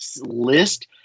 list